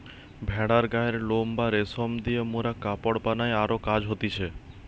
ভেড়ার গায়ের লোম বা রেশম দিয়ে মোরা কাপড় বানাই আরো কাজ হতিছে